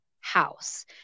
house